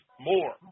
more